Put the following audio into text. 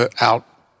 out